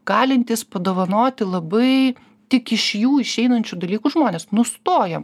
galintys padovanoti labai tik iš jų išeinančių dalykų žmonės nustojam